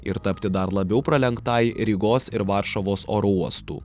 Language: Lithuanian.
ir tapti dar labiau pralenktai rygos ir varšuvos oro uostų